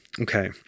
Okay